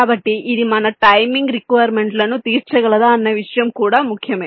కాబట్టి ఇది మన టైమింగ్ రిక్వైర్మెంట్ లను తీర్చగలదా అన్న విషయం కూడా ముఖ్యమే